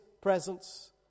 presence